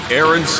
Aaron